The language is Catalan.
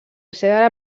seva